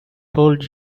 told